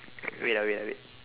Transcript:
wait ah wait ah wait